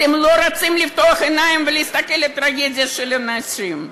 אתם לא רוצים לפתוח עיניים ולהסתכל על הטרגדיה של האנשים.